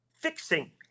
fixing